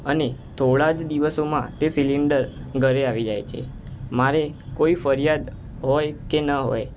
અને થોડા જ દિવસોમાં તે સિલીન્ડર ઘરે આવી જાય છે મારે કોઈ ફરિયાદ હોય કે ના હોય